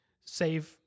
save